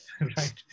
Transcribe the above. right